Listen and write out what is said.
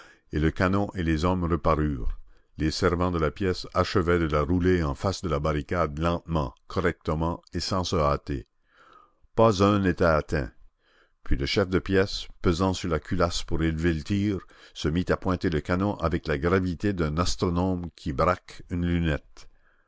et le canon et les hommes reparurent les servants de la pièce achevaient de la rouler en face de la barricade lentement correctement et sans se hâter pas un n'était atteint puis le chef de pièce pesant sur la culasse pour élever le tir se mit à pointer le canon avec la gravité d'un astronome qui braque une lunette